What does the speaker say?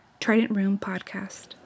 tridentroompodcast